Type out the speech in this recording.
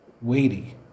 weighty